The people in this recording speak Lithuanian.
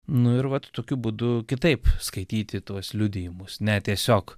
nu ir vat tokiu būdu kitaip skaityti tuos liudijimus ne tiesiog